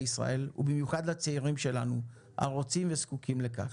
ישראל ובמיוחד לצעירים שלנו הרוצים וזקוקים לכך.